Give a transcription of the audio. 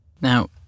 Now